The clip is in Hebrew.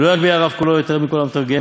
ולא יגביה הרב קולו יותר מקול המתרגם,